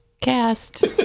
cast